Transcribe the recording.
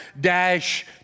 dash